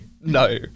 No